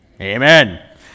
amen